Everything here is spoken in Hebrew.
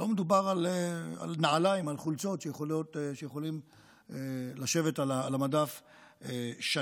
לא מדובר על נעליים או חולצות שיכולים לשבת על המדף שנים.